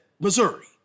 Missouri